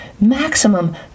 maximum